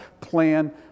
plan